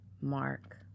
Mark